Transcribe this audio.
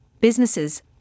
businesses